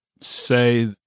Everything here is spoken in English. say